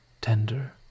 tender